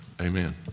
Amen